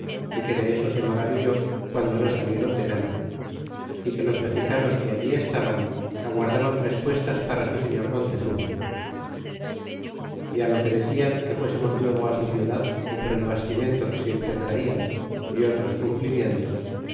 y que de eso se maravilló guando no salieron de guerra y que los mexicanos que allí estaban aguardaban respuestas para su señor montezuma é lo que decian que fuésemos luego su ciudad y por el bastimento que siempre traian y otros cumplimientos